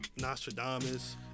Nostradamus